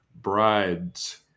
brides